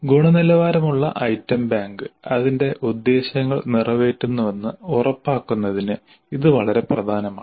ഗുണനിലവാരമുള്ള item bank അതിന്റെ ഉദ്ദേശ്യങ്ങൾ നിറവേറ്റുന്നുവെന്ന് ഉറപ്പാക്കുന്നതിന് ഇത് വളരെ പ്രധാനമാണ്